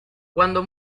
cuando